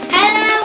Hello